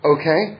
okay